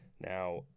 Now